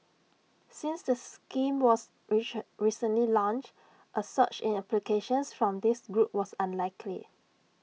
since the scheme was recently launched A surge in applications from this group was unlikely